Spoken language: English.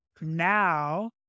now